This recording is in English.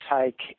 take